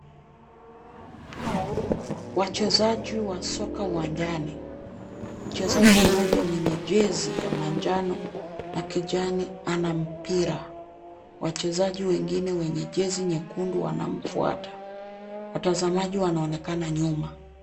Wachezaji wa soka uwanjani. Mchezaji mmoja mwenye jezi ya manjano na kijani ana mpira. Wachezaji wengine wenye jezi nyekundu wanamfuata. Watazamaji wanaonekana nyuma.